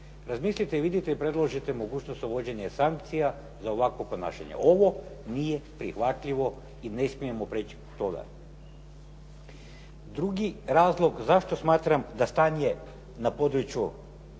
Razmilite, vidite i predložite mogućnost uvođenja sankcija za ovakvo ponašanje. Ovo nije prihvatljivo i ne smijemo preći preko toga. Drugi razlog zašto smatram da stanje na području